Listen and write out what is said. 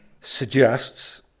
suggests